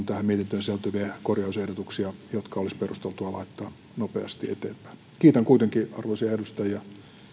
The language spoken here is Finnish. tähän mietintöön sisältyviä korjausehdotuksiahan on jotka olisi perusteltua laittaa nopeasti eteenpäin kiitän kuitenkin arvoisia edustajia